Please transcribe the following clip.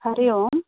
हरिः ओम्